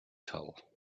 sol